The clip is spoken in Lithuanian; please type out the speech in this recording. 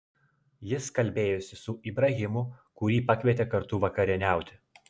jis kalbėjosi su ibrahimu kurį pakvietė kartu vakarieniauti